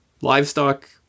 livestock